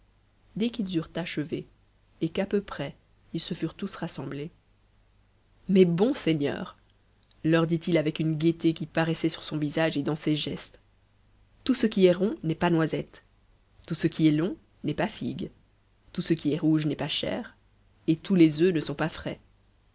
dès qu'ils eurent achevé et qu'à peu près ils se furent tous rassemblés mes bons seigneurs leur dit-il avec une gaieté qui paraissait sur son visage et dans ses gestes tout ce qui est rond n'est pas noisette tout ce qui est long n'est pas figue tout ce qui est rouge n'est pas chair et tous les œufs ne sont pas frais